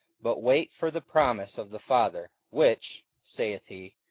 but wait for the promise of the father, which, saith he,